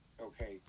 okay